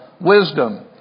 wisdom